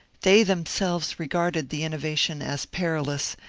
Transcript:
they themselves regarded the innovation as perilous,